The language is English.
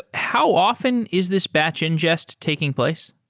how often is this batch ingest taking place?